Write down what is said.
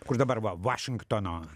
kur dabar va vašingtono